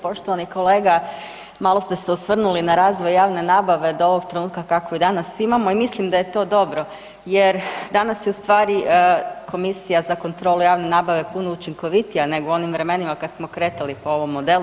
Poštovani kolega malo ste se osvrnuli na razvoj javne nabave do ovog trenutka kakvu ju danas imamo i mislim da je to dobro jer danas je ustvari Komisija za kontrolu javne nabave puno učinkovitija nego u onim vremenima kad smo kretali po ovom modelu.